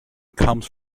comes